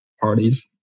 parties